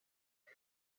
són